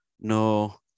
no